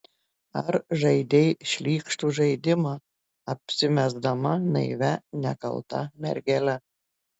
ar žaidei šlykštų žaidimą apsimesdama naivia nekalta mergele